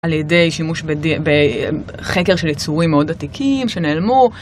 על ידי שימוש בחקר של יצורים מאוד עתיקים שנעלמו.